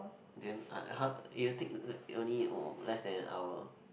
then ah !huh! it'll take it only less than an hour